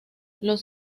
los